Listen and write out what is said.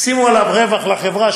שימו עליו רווח לחברה,